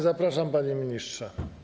Zapraszam, panie ministrze.